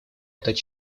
этот